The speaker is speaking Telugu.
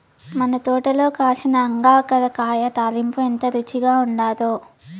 మన తోటల కాసిన అంగాకర కాయ తాలింపు ఎంత రుచిగా ఉండాదో